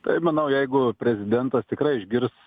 taip manau jeigu prezidentas tikrai išgirs